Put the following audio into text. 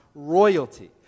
royalty